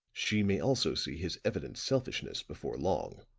she may also see his evident selfishness before long.